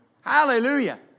Hallelujah